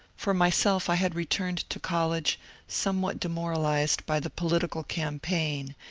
for myself i had returned to college somewhat demoralized by the political campaign,